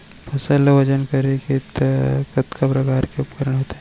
फसल ला वजन करे के कतका प्रकार के उपकरण होथे?